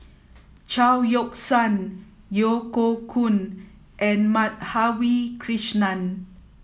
Chao Yoke San Yeo Hoe Koon and Madhavi Krishnan